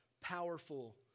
powerful